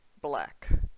black